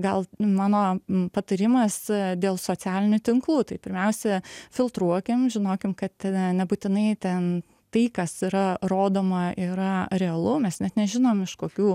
gal mano patarimas dėl socialinių tinklų tai pirmiausia filtruokim žinokim kad nebūtinai ten tai kas yra rodoma yra realu mes net nežinom iš kokių